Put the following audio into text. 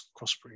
crossbreed